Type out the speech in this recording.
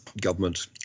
government